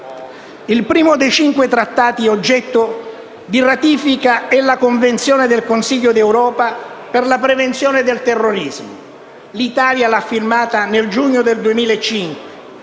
Il primo dei cinque Trattati oggetto di ratifica è la Convenzione del Consiglio d'Europa per la prevenzione del terrorismo. L'Italia l'ha firmata nel giugno del 2005.